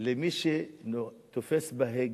למי שתופס בהגה,